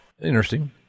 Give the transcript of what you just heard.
Interesting